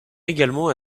également